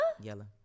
yellow